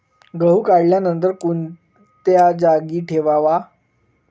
गहू काढल्यानंतर कोणत्या जागी ठेवावा?